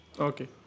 Okay